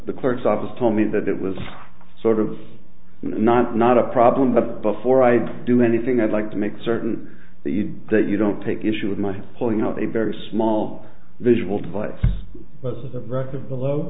the clerk's office told me that that was sort of not not a problem but before i do anything i'd like to make certain that you that you don't take issue with my pulling out a very small visual device b